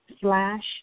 slash